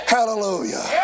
Hallelujah